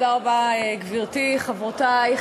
תודה רבה, גברתי, חברותי,